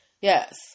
Yes